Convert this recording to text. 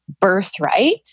birthright